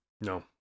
No